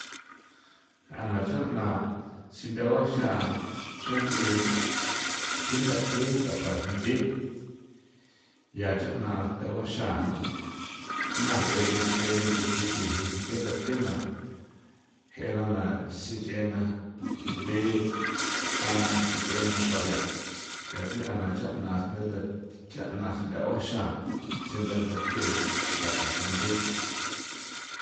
Jꞌana chjaꞌna xindhegua xa xranchi thi ndathe ndhaxra jindhe ya chaꞌna naguaxa jꞌa, na jeꞌeni tseni jnguji chujni sinche nda thena, jꞌena na sinche ndana sinche na xra ya, ya thi jaꞌna chaꞌna sindhenda chaꞌna sindheguaxa sindhendathe ndhaxra jindhe.